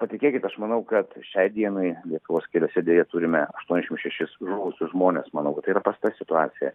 patikėkit aš manau kad šiai dienai lietuvos keliuose deja turime aštuoniašim šešis žuvusius žmones manau kad yra prasta situacija